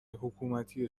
حکومتی